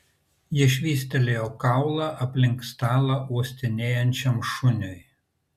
ji švystelėjo kaulą aplink stalą uostinėjančiam šuniui